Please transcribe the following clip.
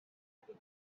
happy